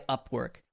Upwork